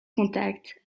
contact